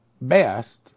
best